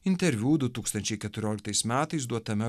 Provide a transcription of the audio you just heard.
interviu du tūkstančiai keturioliktais metais duotame